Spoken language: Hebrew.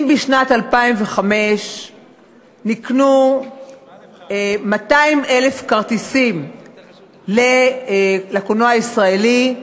אם בשנת 2005 נקנו 200,000 כרטיסים לקולנוע הישראלי,